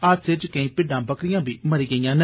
हादसे च केई भिड्डा बकरियां बी मरी गेइयां न